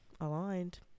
Aligned